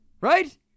right